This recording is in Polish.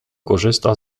korzysta